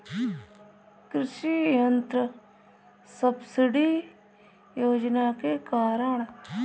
कृषि यंत्र सब्सिडी योजना के कारण?